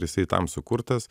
ir jisai tam sukurtas